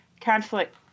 conflict